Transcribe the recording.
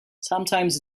sometimes